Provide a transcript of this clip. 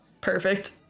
perfect